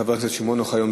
חבר הכנסת שמעון אוחיון,